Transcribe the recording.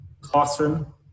classroom